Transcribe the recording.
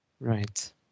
Right